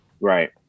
Right